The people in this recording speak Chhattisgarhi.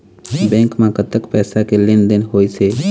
बैंक म कतक पैसा के लेन देन होइस हे?